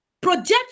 Project